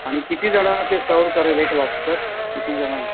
आणि किती जणं ते सर्व करेल हे एक लॉबस्टर किती जणं